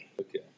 Okay